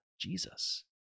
Jesus